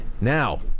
Now